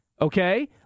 Okay